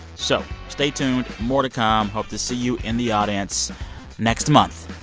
so stay tuned. more to come. hope to see you in the audience next month.